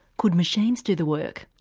could machines do the work?